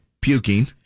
puking